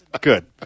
Good